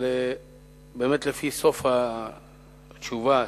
אבל לפי סוף התשובה,